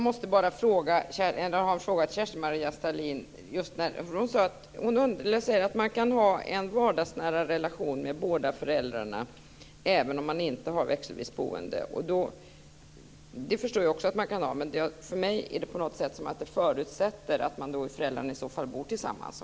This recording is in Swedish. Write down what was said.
Fru talman! Jag har bara en fråga till Kerstin Maria Stalin. Hon sade att man kan ha en vardagsnära relation med båda föräldrarna även om man inte har växelvis boende. Det förstår jag också att man kan ha, men för mig förutsätter det att föräldrarna i så fall bor tillsammans.